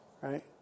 Right